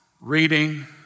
Reading